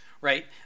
Right